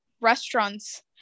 restaurants